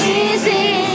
easy